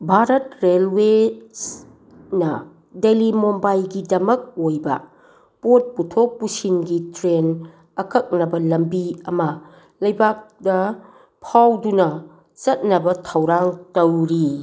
ꯚꯥꯔꯠ ꯔꯦꯜꯋꯦꯁꯅ ꯗꯦꯜꯂꯤ ꯃꯨꯝꯕꯥꯏꯒꯤꯗꯃꯛ ꯑꯣꯏꯕ ꯄꯣꯠ ꯄꯨꯊꯣꯛ ꯄꯨꯁꯤꯟꯒꯤ ꯇ꯭ꯔꯦꯟ ꯑꯀꯛꯅꯕ ꯂꯝꯕꯤ ꯑꯃ ꯂꯩꯕꯥꯛꯇ ꯐꯥꯎꯗꯨꯅ ꯆꯠꯅꯕ ꯊꯧꯔꯥꯡ ꯇꯧꯔꯤ